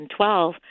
2012